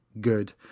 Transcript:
good